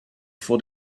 for